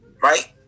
Right